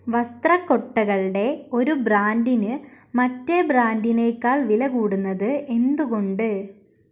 വസ്ത്ര കൊട്ടകൾടെ ഒരു ബ്രാൻഡിന് മറ്റേ ബ്രാൻഡിനേക്കാൾ വിലകൂടുന്നത് എന്തുകൊണ്ട്